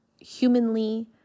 humanly